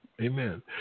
Amen